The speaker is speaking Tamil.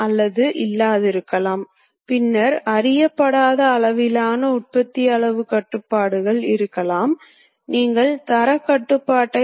பொதுவாக குறிப்பிடப்படும் வெளிப்பாடுகள் அடிப்படை நீள அலகுகளில் குறிப்பிடப்படும்